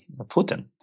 Putin